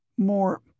more